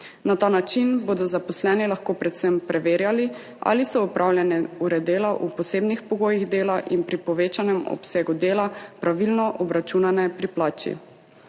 Na ta način bodo zaposleni lahko predvsem preverjali, ali so opravljene ure dela v posebnih pogojih dela in pri povečanem obsegu dela pravilno obračunane pri plači.